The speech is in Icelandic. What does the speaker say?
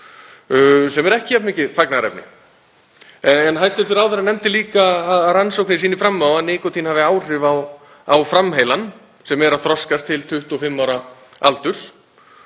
sem er ekki jafn mikið fagnaðarefni. Hæstv. ráðherra nefndi líka að rannsóknir sýni fram á að nikótín hafi áhrif á framheilann sem er að þroskast til 25 ára aldurs.